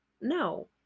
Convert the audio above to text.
No